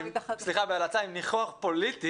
סליחה, בהלצה, עם נינוח פוליטי,